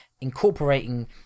incorporating